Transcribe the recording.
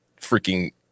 freaking